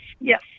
Yes